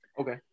Okay